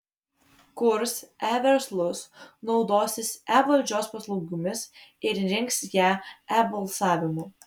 kurs e verslus naudosis e valdžios paslaugomis ir rinks ją e balsavimu